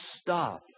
stop